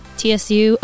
tsu